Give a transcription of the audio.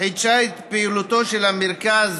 חידשה את פעילותו של המרכז